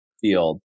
field